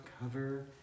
cover